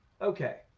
Okay